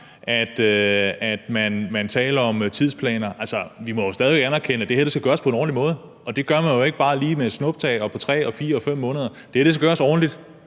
at man taler om tidsplaner. Vi må jo stadig væk anerkende, at det her skal gøres på en ordentlig måde, og det gør man jo ikke bare lige med et snuptag og på 3, 4 eller 5 måneder. Det her skal gøres ordentligt,